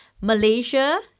Malaysia